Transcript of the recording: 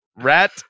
Rat